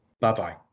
Bye-bye